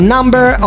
Number